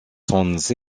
sans